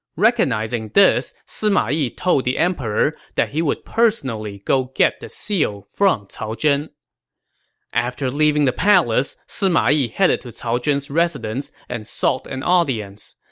recognizing this, sima yi told the emperor that he would personally go get the seal from cao zhen after leaving the palace, sima yi headed to cao zhen's residence and sought an audience.